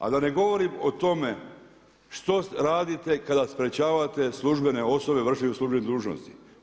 A da ne govorim o tome što radite kada sprečavate službene osobe u vršenju službene dužnosti.